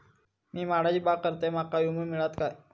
मी माडाची बाग करतंय माका विमो मिळात काय?